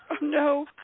No